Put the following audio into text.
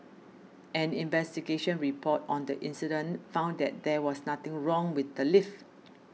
an investigation report on the incident found that there was nothing wrong with the lift